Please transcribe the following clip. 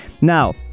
Now